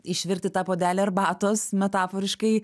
išvirti tą puodelį arbatos metaforiškai